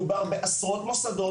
מדובר בעשרות מוסדות,